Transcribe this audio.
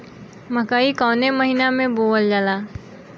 मकई कवने महीना में बोवल जाला?